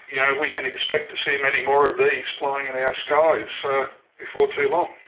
yeah we can expect to see many more of these flying in our skies before too long.